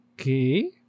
Okay